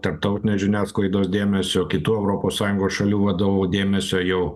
tarptautinės žiniasklaidos dėmesio kitų europos sąjungos šalių vadovų dėmesio jau